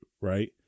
Right